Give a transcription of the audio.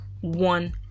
one